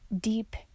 deep